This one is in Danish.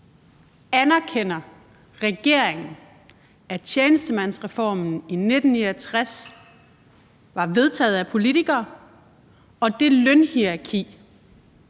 Anerkender regeringen, at tjenestemandsreformen 1969 var vedtaget af politikere, og at det lønhierarki,